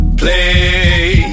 play